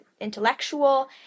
intellectual